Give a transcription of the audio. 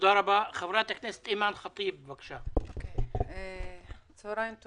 הגשתי בקשה להקמת